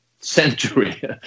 century